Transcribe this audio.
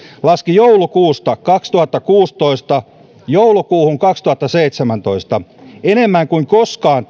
laski joulukuusta kaksituhattakuusitoista joulukuuhun kaksituhattaseitsemäntoista enemmän kuin koskaan